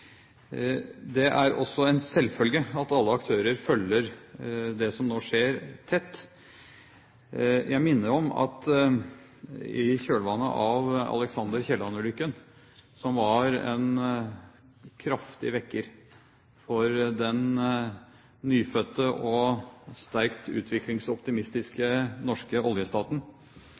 Det er også en selvfølge at alle aktører følger det som nå skjer, tett. Jeg minner om at i kjølvannet av «Alexander Kielland»-ulykken, som var en kraftig vekker for den nyfødte og sterkt utviklingsoptimistiske norske oljestaten,